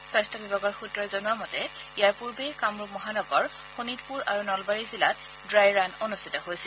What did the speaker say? স্বাস্থ্য বিভাগৰ সূত্ৰই জনোৱা মতে ইয়াৰ পূৰ্বে কামৰূপ মহানগৰ শোণিতপুৰ আৰু নলবাৰী জিলাত ড়াই ৰাণ অনুষ্ঠিত হৈছিল